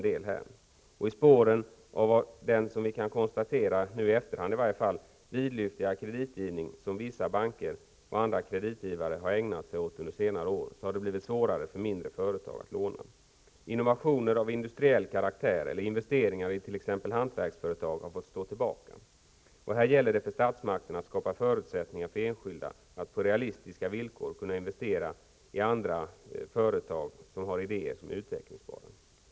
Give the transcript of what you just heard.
I spåren av den, som vi i efterhand kan konstatera, vidlyftiga kreditgivning som vissa banker och andra kreditgivare har ägnat sig åt under senare år, har det blivit svårare för mindre företag att låna. Innovationer av industriell karaktär eller investeringar i t.ex. hantverksföretag har fått stå tillbaka. Här gäller det för statsmakten att skapa förutsättningar för enskilda att på realistiska villkor kunna investera i andra företag med idéer som är utvecklingsbara.